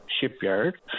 shipyard